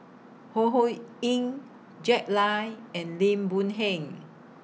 Ho Ho Ying Jack Lai and Lim Boon Heng